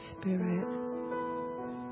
Spirit